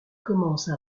commencent